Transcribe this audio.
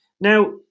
Now